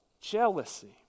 Jealousy